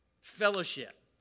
fellowship